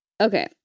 Okay